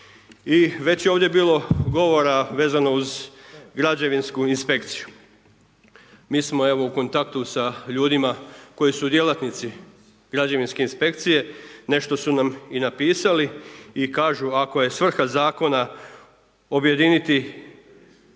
već je ovdje bilo govora vezano uz građevinsku inspekciju. Mi smo evo u kontaktu sa ljudima koji su djelatnici građevinske inspekcije, nešto su nam i napisali i kažu ako je svrha zakona objediniti